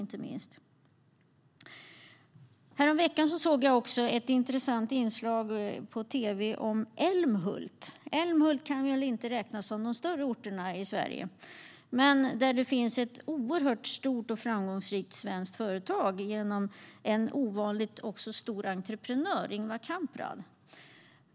Häromveckan såg jag ett intressant inslag på tv om Älmhult. Älmhult kan väl inte räknas som en av de större orterna i Sverige, men där finns ett oerhört stort och framgångsrikt svenskt företag genom en ovanligt stor entreprenör: Ingvar Kamprad.